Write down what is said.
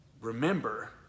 remember